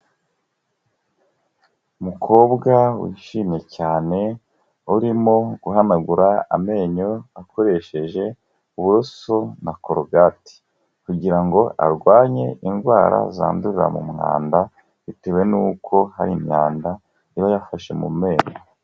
Umukobwa wishimye cyane urimo guhanagura amenyo akoresheje uburoso na korogati kugira ngo arwanye indwara zandurira mu mwanda, bitewe nuko hari imyanda iba yafashe mu menyo.